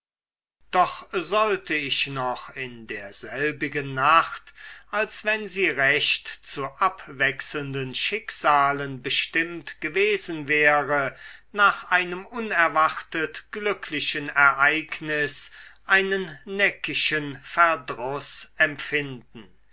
doch sollte ich noch in derselbigen nacht als wenn sie recht zu abwechselnden schicksalen bestimmt gewesen wäre nach einem unerwartet glücklichen ereignis einen neckischen verdruß empfinden